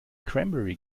cranberry